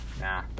Nah